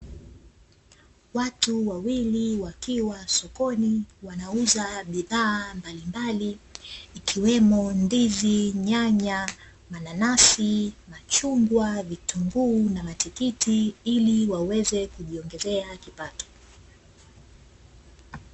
Watu wawili wakiwa sokoni wanauza bidhaa mbalimbali ikiwemo: ndizi, nyanya, mananasi, machungwa, vitunguu na matikiti ili waweze kujiongezea kipato.